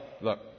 look